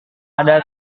ada